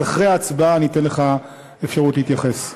אז אחרי ההצבעה אני אתן לך אפשרות להתייחס.